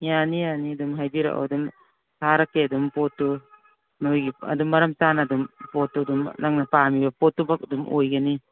ꯌꯥꯅꯤ ꯌꯥꯅꯤ ꯑꯗꯨꯝ ꯍꯥꯏꯕꯤꯔꯛꯑꯣ ꯑꯗꯨꯝ ꯊꯥꯔꯛꯀꯦ ꯑꯗꯨꯝ ꯄꯣꯠꯇꯨ ꯅꯣꯏꯒꯤ ꯑꯗꯨꯝ ꯃꯔꯝ ꯆꯥꯅ ꯑꯗꯨꯝ ꯄꯣꯠꯇꯨ ꯑꯗꯨꯝ ꯅꯪꯅ ꯄꯥꯝꯃꯤꯕ ꯄꯣꯠꯇꯨꯃꯛ ꯑꯗꯨꯝ ꯑꯣꯏꯒꯅꯤ